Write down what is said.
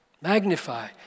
magnify